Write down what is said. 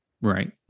Right